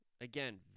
again